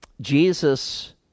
Jesus